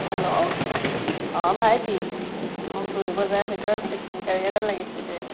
hello অঁ ভাইটী মোক দুই বজাৰ ভিতৰত চিকেন কাৰী এটা লাগিছিলে